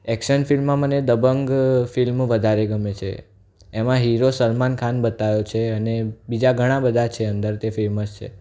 action ફિલ્મમાં મને Dabangg film વધારે ગમે છે એમાં હીરો સલમાન ખાન બતાવ્યો અને બીજા ઘણા બધા છે અંદર તે ફેમસ છે